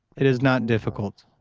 it is not difficult,